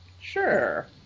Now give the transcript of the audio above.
Sure